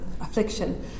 affliction